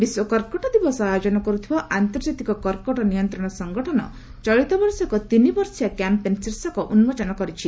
ବିଶ୍ୱ କର୍କଟ ଦିବସ ଆୟୋଜନ କରୁଥିବା ଆନ୍ତର୍ଜାତିକ କର୍କଟ ନିୟନ୍ତ୍ରଣ ସଙ୍ଗଠନ ଚଳିତ ବର୍ଷ ଏକ ତିନିବଷିଆ କ୍ୟାମ୍ପେନ୍ ଶୀର୍ଷକ ଉନ୍ଲୋଚନ କରିଛି